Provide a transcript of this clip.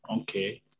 Okay